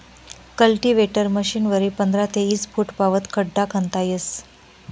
cultivator मशीनवरी पंधरा ते ईस फुटपावत खड्डा खणता येस